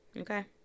Okay